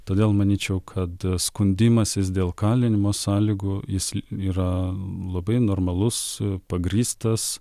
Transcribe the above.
todėl manyčiau kad skundimasis dėl kalinimo sąlygų jis yra labai normalus pagrįstas